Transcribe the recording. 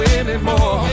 anymore